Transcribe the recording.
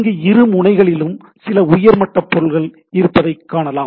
இங்கு இரு முனைகளிலும் சில உயர் மட்ட பொருள்கள் இருப்பதைக் காணலாம்